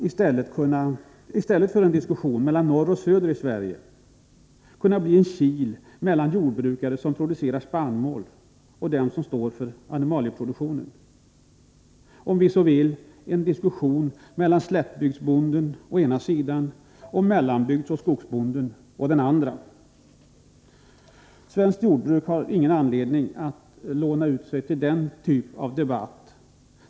I stället för en diskussion mellan norr och söder i Sverige skulle detta kunna bli en kil mellan jordbrukare som producerar spannmål och dem som står för animalieproduktionen — eller om vi så vill en diskussion mellan slättbygdsbonden å den ena sidan och mellanbygdsoch skogsbonden å den andra. Svenskt jordbruk har ingen anledning att låna ut sig till den typen av debatt.